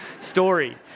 story